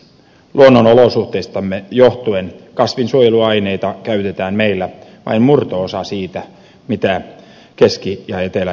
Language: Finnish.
luonnonolosuhteistamme johtuen kasvinsuojeluaineita käytetään meillä vain murto osa siitä mitä keski ja etelä euroopassa